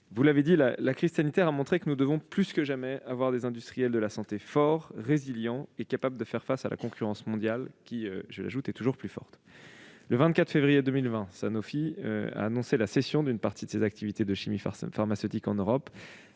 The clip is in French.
vous l'avez dit, la crise sanitaire a montré que nous devons plus que jamais avoir des industriels de la santé forts, résilients et capables de faire face à la concurrence mondiale, qui est toujours plus forte. Le 24 février 2020, Sanofi a annoncé la cession d'une partie de ses activités de chimie pharmaceutique en Europe,